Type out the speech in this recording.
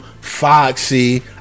Foxy